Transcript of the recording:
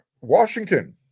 Washington